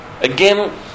Again